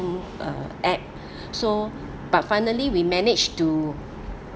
mm uh app so but finally we managed to